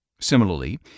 Similarly